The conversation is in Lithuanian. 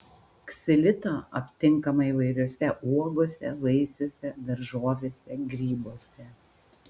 ksilito aptinkama įvairiose uogose vaisiuose daržovėse grybuose